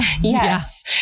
Yes